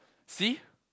see